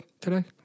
today